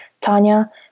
Tanya